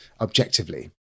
objectively